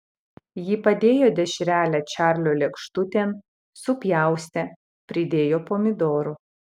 ji padėjo dešrelę čarlio lėkštutėn supjaustė pridėjo pomidorų